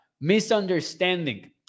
Misunderstanding